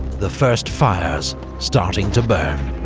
the first fires starting to burn.